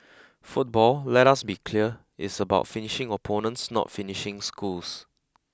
football let us be clear is about finishing opponents not finishing schools